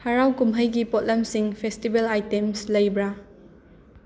ꯍꯔꯥꯎ ꯀꯨꯝꯆꯩꯒꯤ ꯄꯣꯠꯂꯝꯁꯤꯡ ꯐꯦꯁꯇꯤꯚꯦꯜ ꯑꯥꯏꯇꯦꯝꯁ ꯂꯩꯕ꯭ꯔꯥ